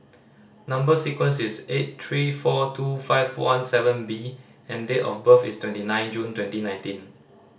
number sequence is S eight three four two five one seven B and date of birth is twenty nine June twenty nineteen